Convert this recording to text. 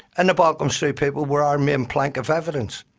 and the balcombe street people were our main plank of evidence,